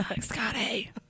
Scotty